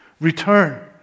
Return